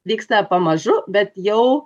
vyksta pamažu bet jau